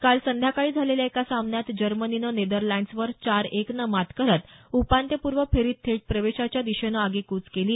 काल संध्याकाळी झालेल्या एका सामन्यात जर्मनीनं नेदरलँडसवर चार एकनं मात करत उपांत्यपूर्व फेरीत थेट प्रवेशाच्या दिशेनं आगेकूच केली